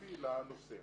ספציפי לנושא.